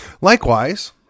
Likewise